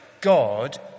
God